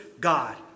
God